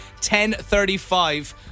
10:35